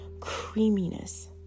creaminess